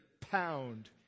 pound